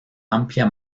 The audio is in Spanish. amplia